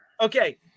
Okay